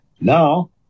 Now